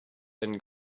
and